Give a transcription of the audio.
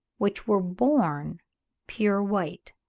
which were born pure white.